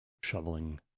shoveling